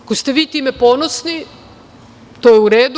Ako ste vi time ponosni, to je u redu.